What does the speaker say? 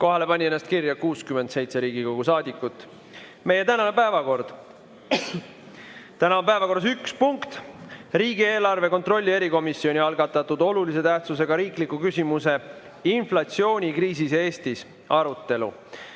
Kohalolijaks pani ennast kirja 67 Riigikogu saadikut. Nüüd meie tänane päevakord. Täna on päevakorras üks punkt, riigieelarve kontrolli erikomisjoni algatatud olulise tähtsusega riikliku küsimuse "Inflatsiooni kriisist Eestis" arutelu.